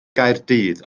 gaerdydd